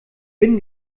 bin